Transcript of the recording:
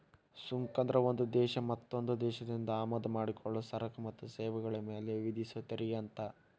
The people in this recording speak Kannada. ಸುಂಕ ಅಂದ್ರ ಒಂದ್ ದೇಶ ಮತ್ತೊಂದ್ ದೇಶದಿಂದ ಆಮದ ಮಾಡಿಕೊಳ್ಳೊ ಸರಕ ಮತ್ತ ಸೇವೆಗಳ ಮ್ಯಾಲೆ ವಿಧಿಸೊ ತೆರಿಗೆ ಅಂತ